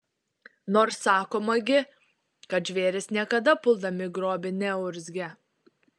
nors sakoma gi kad žvėrys niekada puldami grobį neurzgia